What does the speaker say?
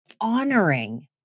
honoring